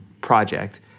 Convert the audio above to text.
Project